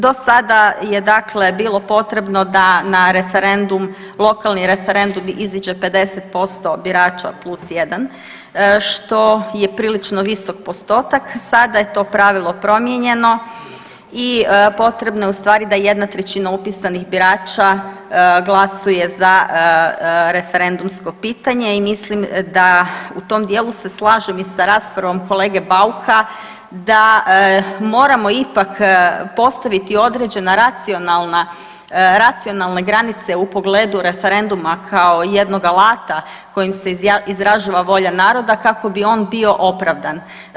Do sada je dakle bilo potrebno da na referendum, lokalni referendum iziđe 50% birača plus jedan, što je prilično visok postotak, sada je to pravilo promijenjeno i potrebno je u stvari da 1/3 upisanih birača glasuje za referendumsko pitanje i mislim da, u tom dijelu se slažem i sa raspravom kolege Bauka da moramo ipak postaviti određena racionalna, racionalne granice u pogledu referenduma kao jednog alata kojim se izražava volja naroda kako bi on bio opravdan.